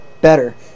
better